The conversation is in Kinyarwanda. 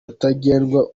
rutagengwa